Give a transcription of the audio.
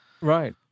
Right